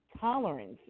tolerance